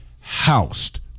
housed